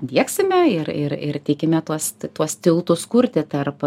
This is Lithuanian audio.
diegsime ir ir ir tikime tuos tuos tiltus kurti tarp